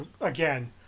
again